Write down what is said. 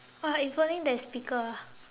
oh if only there is speaker ah